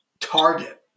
target